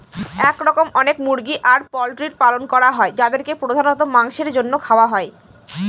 এরকম অনেক মুরগি আর পোল্ট্রির পালন করা হয় যাদেরকে প্রধানত মাংসের জন্য খাওয়া হয়